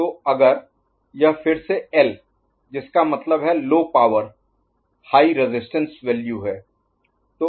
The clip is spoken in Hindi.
तो अगर यह फिर से एल जिसका मतलब है low power high resistance value है